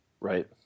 Right